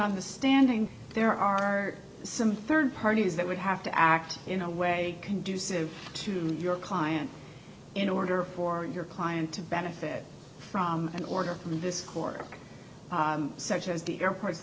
the standing there are some rd parties that would have to act in a way conducive to your client in order for your client to benefit from an order from this court such as the airport